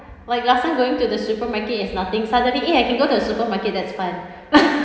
like last time going to the supermarket is nothing suddenly eh I can go to a supermarket that's fun